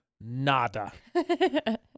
Nada